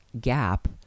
gap